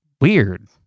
weird